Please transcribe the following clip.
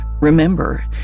Remember